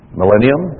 millennium